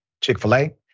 Chick-fil-A